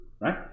right